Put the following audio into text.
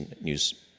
news